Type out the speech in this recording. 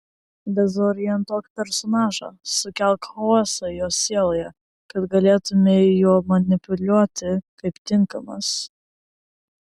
dezorientuok personažą sukelk chaosą jo sieloje kad galėtumei juo manipuliuoti kaip tinkamas